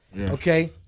Okay